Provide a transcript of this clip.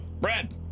Brad